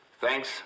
Thanks